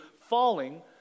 falling